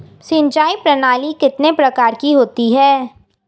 सिंचाई प्रणाली कितने प्रकार की होती है?